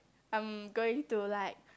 I'm going to like